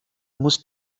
muss